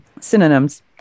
synonyms